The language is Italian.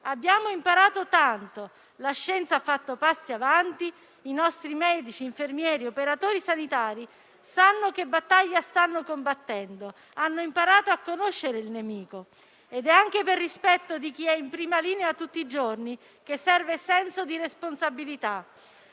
Abbiamo imparato tanto, la scienza ha fatto passi avanti; i nostri medici, infermieri e operatori sanitari sanno quale battaglia stanno combattendo e hanno imparato a conoscere il nemico. È anche per rispetto di chi è in prima linea tutti i giorni che serve senso di responsabilità,